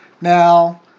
Now